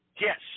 yes